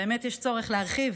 באמת יש צורך להרחיב?